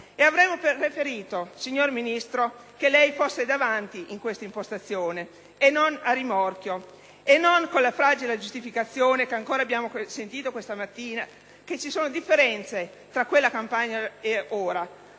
avremmo preferito, signor Ministro, che lei fosse davanti in quest'impostazione e non a rimorchio, non con la fragile giustificazione, che abbiamo sentito ripetere questa mattina, che ci sono differenze tra quella campagna ed ora,